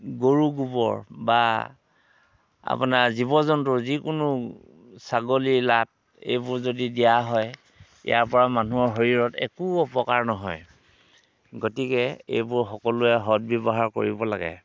গৰু গোৱৰ বা আপোনাৰ জীৱ জন্তুৰ যিকোনো ছাগলী লাদ এইবোৰ যদি দিয়া হয় ইয়াৰ পৰা মানুহৰ শৰীৰত একো অপকাৰ নহয় গতিকে এইবোৰ সকলোৱে সদ ব্যৱহাৰ কৰিব লাগে